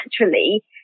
naturally